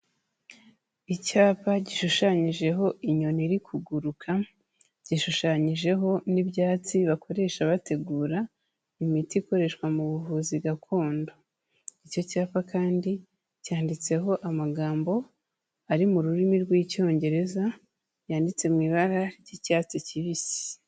Icyapa gishushanyijeho inyoni iri kuguruka, gishushanyijeho n'ibyatsi bakoresha bategura, imiti ikoreshwa mu buvuzi gakondo. Icyo cyapa kandi cyanditseho amagambo ari mu rurimi rw'Icyongereza, yanditse mu ibara ry'icyatsi kibisi.